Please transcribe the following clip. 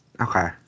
okay